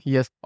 Yes